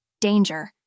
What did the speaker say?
danger